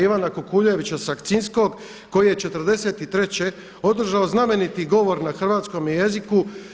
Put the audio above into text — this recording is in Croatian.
Ivana Kukuljevića Sakcinskog koji je '43. održao znameniti govor na hrvatskome jeziku.